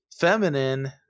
feminine